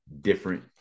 different